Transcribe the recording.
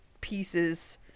pieces